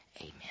Amen